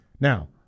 Now